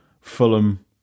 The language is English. Fulham